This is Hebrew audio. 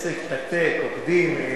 העסק מתקתק, עובדים.